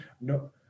no